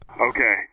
okay